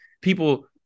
people